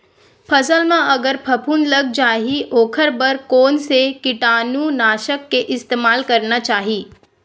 फसल म अगर फफूंद लग जा ही ओखर बर कोन से कीटानु नाशक के इस्तेमाल करना चाहि?